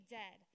dead